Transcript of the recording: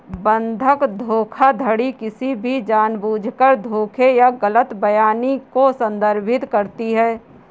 बंधक धोखाधड़ी किसी भी जानबूझकर धोखे या गलत बयानी को संदर्भित करती है